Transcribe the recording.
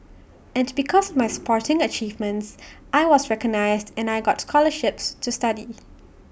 and because of my sporting achievements I was recognised and I got scholarships to study